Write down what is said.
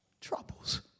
troubles